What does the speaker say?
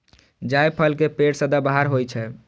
जायफल के पेड़ सदाबहार होइ छै